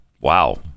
Wow